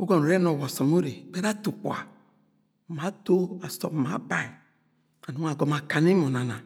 ugọnọ ure no wa ọsọm urre, be ato ukpuga ma ato asọm ma abaẹ anọng agọmọ akana emo nana.